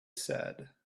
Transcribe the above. said